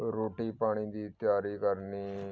ਰੋਟੀ ਪਾਣੀ ਦੀ ਤਿਆਰੀ ਕਰਨੀ